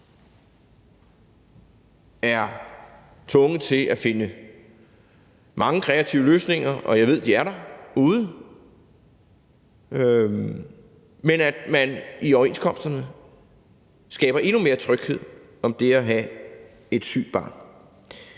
er tvunget til at finde mange kreative løsninger – og jeg ved, at de er derude – men at man i overenskomsterne skaber endnu mere tryghed om det at have et sygt barn.